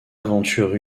aventure